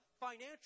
financial